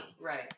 Right